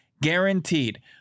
Guaranteed